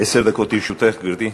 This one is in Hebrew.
עשר דקות לרשותך, גברתי.